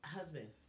Husband